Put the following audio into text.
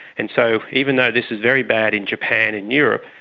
and so even though this is very bad in japan and europe,